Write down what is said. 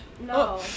No